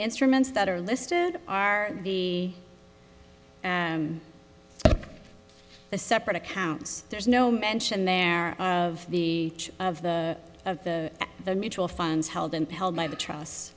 instruments that are listed are d and the separate accounts there's no mention there of the of the of the the mutual funds held and held by the trust